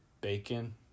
bacon